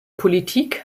politik